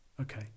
Okay